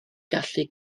gallu